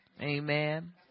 Amen